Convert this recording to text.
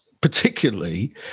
particularly